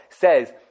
says